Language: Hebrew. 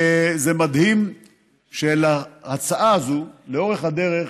וזה מדהים שלהצעה הזאת לאורך הדרך